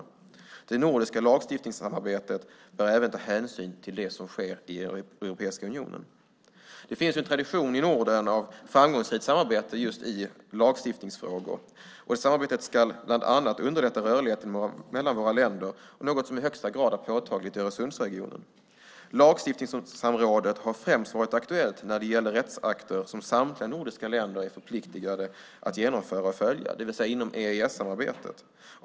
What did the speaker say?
I det nordiska lagstiftningssamarbetet kan hänsyn tas även till det som sker i EU. Det finns en tradition i Norden av framgångsrikt samarbete just i lagstiftningsfrågor. Samarbetet ska bland annat underlätta rörligheten mellan våra länder, något som i högsta grad är påtagligt i Öresundsregionen. Lagstiftningssamrådet har främst varit aktuellt när det gällt rättsakter som samtliga nordiska länder är förpliktade att genomföra och följa, det vill säga inom EES-samarbetet.